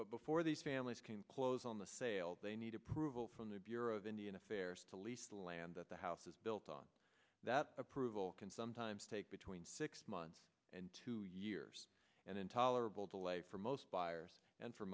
but before these families can close on the sale they need approval from the bureau of indian affairs to lease the land that the house is built on that approval can sometimes take between six months and two years and intolerable delay for most buyers and for